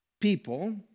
people